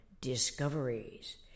discoveries